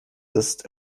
ist